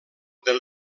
del